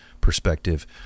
perspective